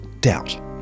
doubt